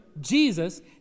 Jesus